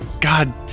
God